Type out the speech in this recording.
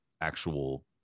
actual